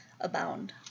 abound